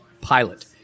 pilot